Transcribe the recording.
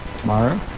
tomorrow